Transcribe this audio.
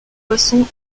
poissons